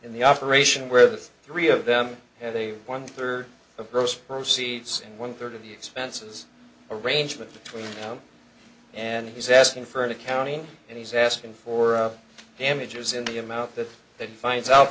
in the operation where the three of them have a one third of gross proceeds and one third of the expenses arrangement between now and he's asking for an accounting and he's asking for damages in the amount that then finds out